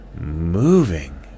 moving